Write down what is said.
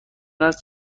است